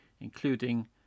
including